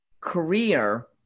career